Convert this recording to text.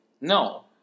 No